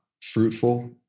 fruitful